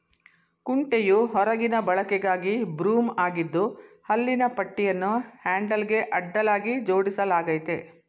ಕುಂಟೆಯು ಹೊರಗಿನ ಬಳಕೆಗಾಗಿ ಬ್ರೂಮ್ ಆಗಿದ್ದು ಹಲ್ಲಿನ ಪಟ್ಟಿಯನ್ನು ಹ್ಯಾಂಡಲ್ಗೆ ಅಡ್ಡಲಾಗಿ ಜೋಡಿಸಲಾಗಯ್ತೆ